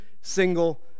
single